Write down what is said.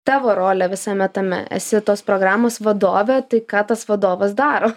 tavo rolė visame tame esi tos programos vadovė tai ką tas vadovas daro